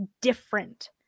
different